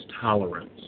tolerance